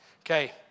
Okay